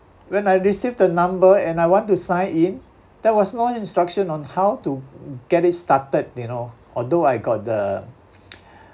when I received the number and I want to sign in there was no instruction on how to g~ get it started you know although I got the